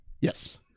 Yes